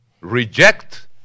reject